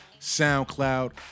SoundCloud